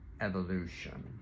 evolution